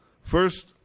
first